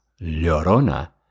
Llorona